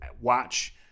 watch